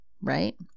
right